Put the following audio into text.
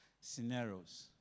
scenarios